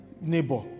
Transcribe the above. neighbor